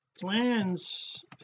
plans